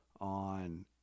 on